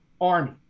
Army